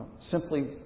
Simply